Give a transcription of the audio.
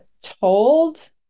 told